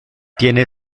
tienen